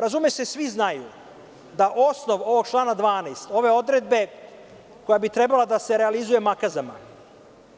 Razume se, svi znaju da osnov ovog člana 12, ove odredbe koja bi trebala da se realizuje makazama,